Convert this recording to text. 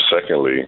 Secondly